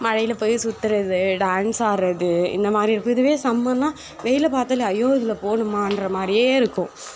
மழைல போய் சுத்துகிறது டான்ஸ் ஆடுறது இந்தமாதிரி இருக்கும் இதுவே சம்மர்னால் வெயிலை பார்த்தாலே ஐயோ இதில் போகணுமான்ற மாதிரியே இருக்கும்